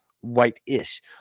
white-ish